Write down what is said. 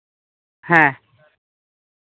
ᱦᱮᱸ